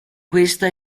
questa